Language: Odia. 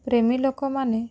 ପ୍ରେମୀ ଲୋକମାନେ